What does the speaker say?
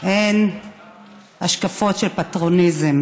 הוא של השקפות של פטרוניזם.